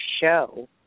show